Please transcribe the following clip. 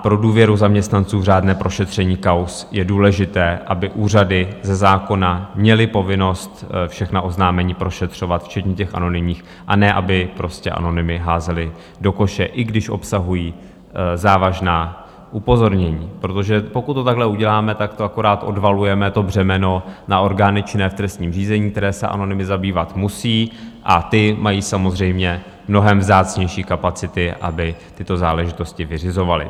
Pro důvěru zaměstnanců v řádné prošetření kauz je důležité, aby úřady ze zákona měly povinnost všechna oznámení prošetřovat včetně těch anonymních, a ne aby prostě anonymy házely do koše, i když obsahují závažná upozornění, protože pokud to takhle uděláme, akorát odvalujeme břemeno na orgány činné v trestním řízení, které se anonymy zabývat musí, a ty mají samozřejmě mnohem vzácnější kapacity, aby tyto záležitosti vyřizovaly.